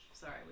sorry